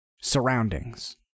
surroundings